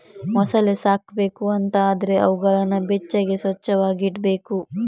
ಮೊಸಳೆ ಸಾಕ್ಬೇಕು ಅಂತ ಆದ್ರೆ ಅವುಗಳನ್ನ ಬೆಚ್ಚಗೆ, ಸ್ವಚ್ಚವಾಗಿ ಇಡ್ಬೇಕು